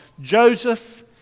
Joseph